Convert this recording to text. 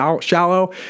shallow